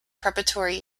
preparatory